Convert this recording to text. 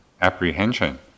apprehension